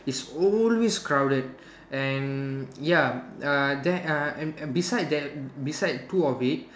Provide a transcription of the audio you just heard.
is always crowded and ya uh then uh and and beside there beside two of it